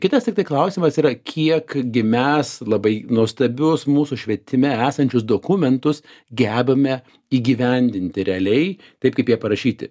kitas tiktai klausimas yra kiek gi mes labai nuostabius mūsų švietime esančius dokumentus gebame įgyvendinti realiai taip kaip jie parašyti